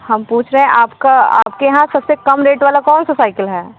हम पूछ रहे हैं आपको आपके यहाँ सब से कम रेट वाला कौन सी साईकल है